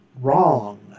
wrong